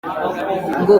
ngo